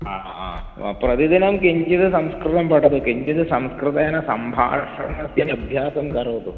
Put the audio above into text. हा हा म प्रतिदिनं किञ्चित् संस्कृतं पठतु किञ्चित् संस्कृतेन सम्भाषणस्य अभ्यासं करोतु